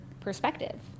perspective